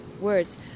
words